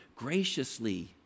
graciously